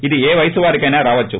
ఇది ఏ వయసు వారికైనా రావచ్చు